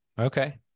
Okay